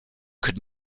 could